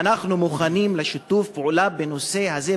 אנחנו מוכנים לשיתוף פעולה בנושא הזה,